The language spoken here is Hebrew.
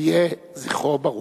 יהי זכרו ברוך.